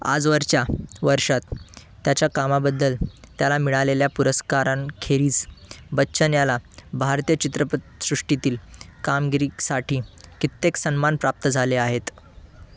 आजवरच्या वर्षात त्याच्या कामाबद्दल त्याला मिळालेल्या पुरस्कारांखेरीज बच्चन याला भारतीय चित्रपटसृष्टीतील कामगिरीसाठी कित्येक सन्मान प्राप्त झाले आहेत